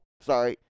sorry